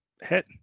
hit